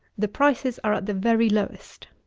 the prices are at the very lowest.